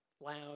loud